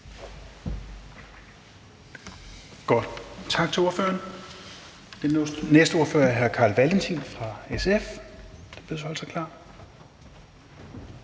Tak til ordføreren. Den næste ordfører er hr. Carl Valentin fra SF, der bedes holde sig klar.